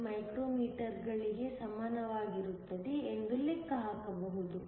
18 ಮೈಕ್ರೋಮೀಟರ್ಗಳಿಗೆ ಸಮನಾಗಿರುತ್ತದೆ ಎಂದು ಲೆಕ್ಕ ಹಾಕಬಹುದು